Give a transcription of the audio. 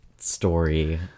Story